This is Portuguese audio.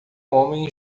homem